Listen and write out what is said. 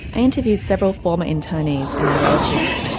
i interviewed several former internees and their relatives,